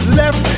left